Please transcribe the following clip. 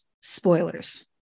spoilers